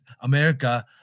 America